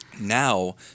Now